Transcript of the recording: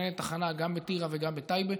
מתוכננת תחנה, גם בטירה וגם בטייבה,